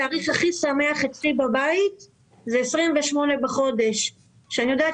התאריך הכי שמח אצלי בבית זה ה-28 בחודש כשאני יודעת